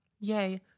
Yay